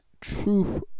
truth